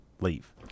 leave